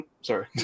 sorry